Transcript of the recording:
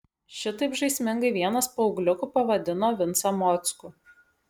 šitaip žaismingai vienas paaugliukų pavadino vincą mockų